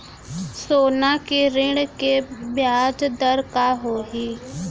सोना के ऋण के ब्याज दर का होही?